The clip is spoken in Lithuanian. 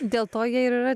dėl to jie ir yra